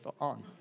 on